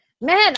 Man